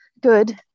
good